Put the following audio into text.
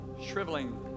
shriveling